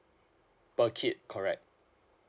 per kid correct